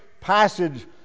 passage